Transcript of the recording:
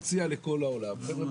מציע לכל העולם: חבר'ה,